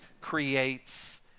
creates